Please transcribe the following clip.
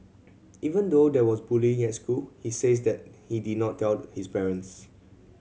even though there was bullying in school he says he did not tell his parents